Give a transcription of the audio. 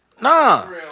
nah